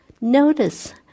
Notice